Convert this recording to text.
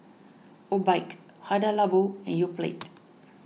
Obike Hada Labo and Yoplait